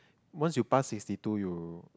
once you pass sixty two you will